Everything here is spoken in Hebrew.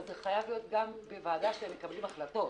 אבל זה חייב להיות גם בוועדה שהם מקבלים החלטות,